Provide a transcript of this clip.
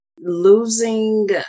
Losing